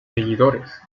seguidores